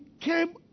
came